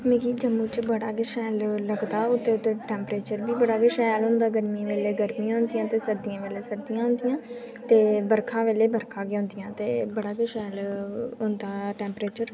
मिगी जम्मू च बड़ा गै शैल लगदा इत्थै टेम्परेचर बी बड़ा गै शैल होंदा गर्मियें बेल्लै गर्मी होई जंदी ते सर्दियें बेल्लै सर्दी होई जंदी ते बर्खा बेल्लै बर्खां आई जंदियां ते बड़ा गै शैल होंदा टेम्परेचर